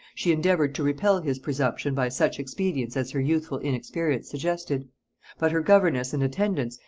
she endeavoured to repel his presumption by such expedients as her youthful inexperience suggested but her governess and attendants,